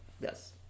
yes